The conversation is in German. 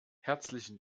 herzlichen